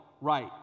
right